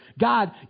God